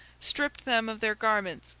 stripped them of their garments,